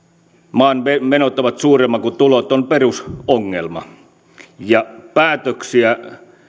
maan menot ovat suuremmat kuin tulot on perusongelma ja päätöksiä